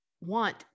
want